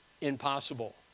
impossible